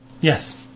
Yes